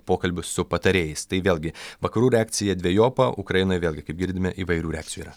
pokalbio su patarėjais tai vėlgi vakarų reakcija dvejopa ukrainoje vėlgi kaip girdime įvairių reakcijų yra